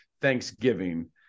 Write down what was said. Thanksgiving